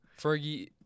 Fergie